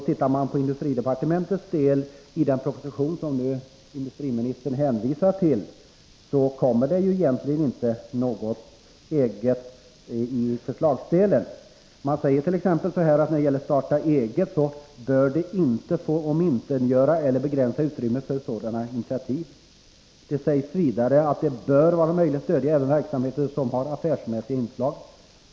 Ser man på industridepartementets del i den proposition som industriministern nu hänvisar till, finner man egentligen inte några förslag som är departementets egna. Där sägs t.ex. beträffande starta eget-kurser: ”bör det inte få omintetgöra eller begränsa utrymmet för sådana initiativ”. Det sägs vidare att det ”bör vara möjligt att stödja även verksamheter som har affärsmässiga inslag.